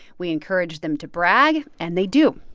we encourage them to brag, and they do.